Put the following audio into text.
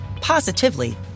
positively